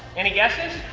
any guesses?